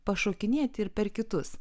pašokinėti ir per kitus